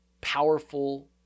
powerful